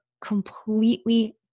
completely